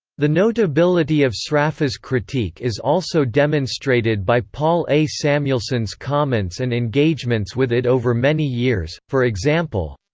the notability of sraffa's critique is also demonstrated by paul a. samuelson's comments and engagements with it over many years, for example